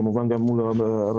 כמובן גם מול הרשויות,